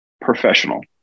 professional